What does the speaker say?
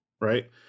right